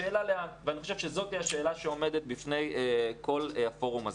השאלה לאן ואני חושב שזאת היא השאלה שעומדת בפני כל הפורום הזה.